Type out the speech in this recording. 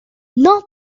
nos